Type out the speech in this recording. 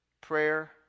prayer